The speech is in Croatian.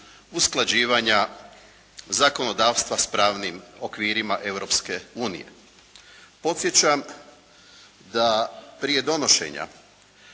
usklađivanja zakonodavstva s pravnim okvirima Europske unije. Podsjećam da prije donošenja